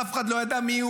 אף אחד לא ידע מיהו,